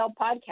Podcast